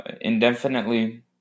indefinitely